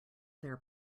their